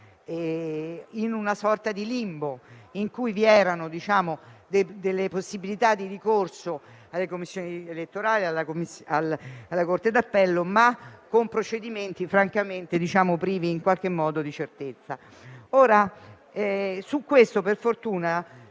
in una sorta di limbo, in cui vi erano possibilità di ricorso alle commissioni elettorali e alla corte d'appello, ma con procedimenti francamente privi di certezza. Su questo, per fortuna,